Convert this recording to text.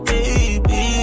Baby